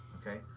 okay